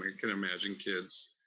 and could imagine kids,